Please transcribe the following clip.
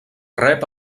rep